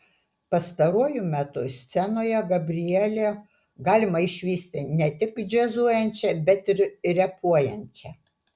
pastaruoju metu scenoje gabrielę galima išvysti ne tik džiazuojančią bet ir repuojančią